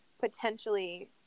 potentially